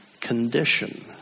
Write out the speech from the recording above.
condition